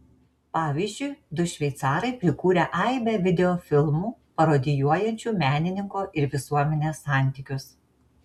pavyzdžiui du šveicarai prikūrę aibę videofilmų parodijuojančių menininko ir visuomenės santykius